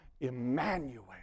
Emmanuel